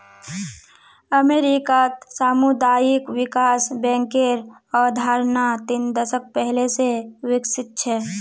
अमेरिकात सामुदायिक विकास बैंकेर अवधारणा तीन दशक पहले स विकसित छ